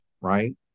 right